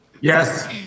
Yes